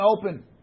open